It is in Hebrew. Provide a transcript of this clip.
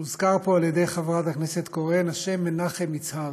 הוזכר פה על ידי חברת הכנסת קורן השם מנחם יצהרי.